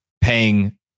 paying